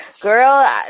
Girl